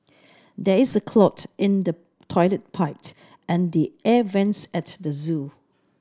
there is a clog in the toilet and the air vents at the zoo